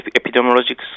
epidemiologic